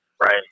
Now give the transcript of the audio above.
right